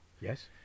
Yes